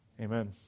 Amen